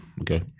okay